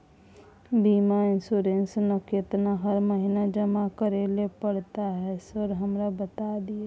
बीमा इन्सुरेंस ना केतना हर महीना जमा करैले पड़ता है सर हमरा बता दिय?